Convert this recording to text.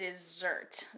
dessert